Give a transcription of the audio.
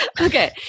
Okay